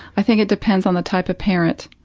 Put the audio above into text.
i think it depends on the type of parent.